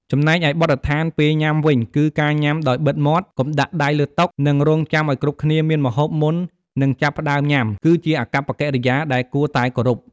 ចំណែកឯ បទដ្ឋានពេលញ៉ាំវិញ គឺការញុំាដោយបិទមាត់ កុំដាក់ដៃលើតុ និងរង់ចាំឲ្យគ្រប់គ្នាមានម្ហូបមុននឹងចាប់ផ្តើមញុំា គឺជាអាកប្បកិរិយាដែលគួរតែគោរព។